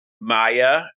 Maya